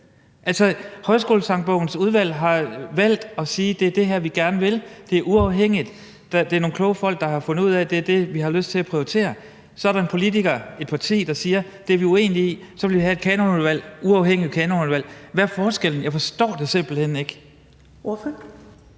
Højskolesangbogens udvalg har valgt at sige, at det er det her, de gerne vil. Det er uafhængigt, og det er nogle kloge folk, der har fundet ud af, at det er det her, de har lyst til at prioritere. Så er der en politiker i et parti, der siger, at det er man uenig i og man vil have et uafhængigt kanonudvalg. Hvad er forskellen? Jeg forstår det simpelt hen ikke.